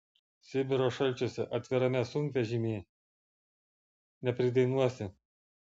sibiro šalčiuose atvirame sunkvežimy nepridainuosi